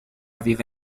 vive